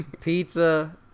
Pizza